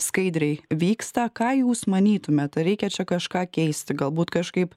skaidriai vyksta ką jūs manytumėt ar reikia čia kažką keisti galbūt kažkaip